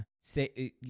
say